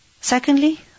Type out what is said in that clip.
Secondly